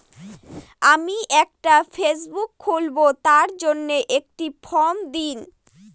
আমি একটি ফেসবুক খুলব তার জন্য একটি ফ্রম দিন?